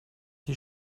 die